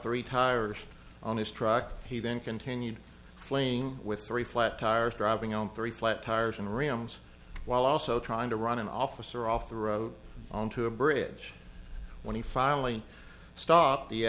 three tires on his truck he then continued flaying with three flat tires driving on three flat tires and rims while also trying to run an officer off the road onto a bridge when he finally stopped the